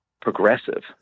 progressive